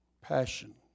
Passion